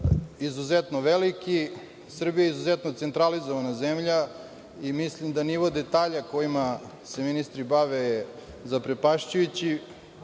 izuzetno veliki, Srbija je izuzetno centralizovana zemlja i mislim da nivo detalja kojima se ministri bave zaprepašćujući.